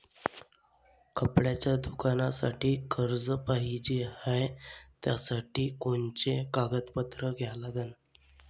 कपड्याच्या दुकानासाठी कर्ज पाहिजे हाय, त्यासाठी कोनचे कागदपत्र द्या लागन?